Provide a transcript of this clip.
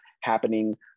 happening